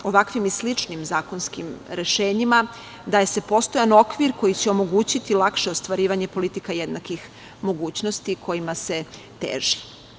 Ovakvim i sličnim zakonskim rešenjima daje se postojan okvir koji će omogućiti lakše ostvarivanje politika jednakih mogućnosti kojima se teži.